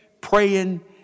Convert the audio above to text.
Praying